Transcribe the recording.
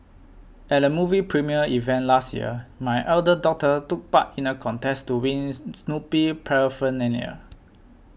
at a movie premiere event last year my elder daughter took part in a contest to wins Snoopy paraphernalia